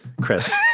Chris